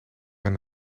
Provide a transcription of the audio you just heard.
mijn